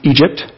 Egypt